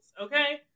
okay